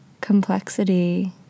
complexity